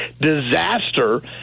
disaster